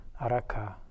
Araka